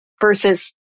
versus